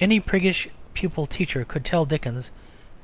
any priggish pupil teacher could tell dickens